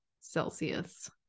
Celsius